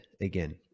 again